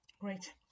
Great